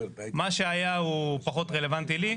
מה שהיה הוא פחות רלוונטי לי.